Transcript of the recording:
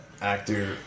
actor